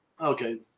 okay